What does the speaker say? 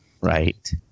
Right